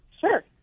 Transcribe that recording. Sure